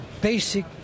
basic